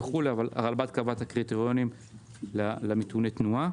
אבל הרלב"ד קבע קריטריונים לנתוני תנועה,